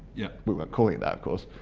yeah. we weren't calling it that of course,